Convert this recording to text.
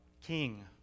king